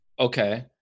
Okay